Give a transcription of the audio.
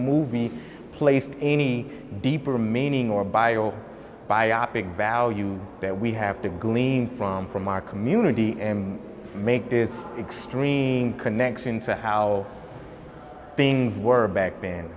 movie placed any deeper meaning or bio biopic value that we have to glean from from our community and make this extreme connection to how things were back then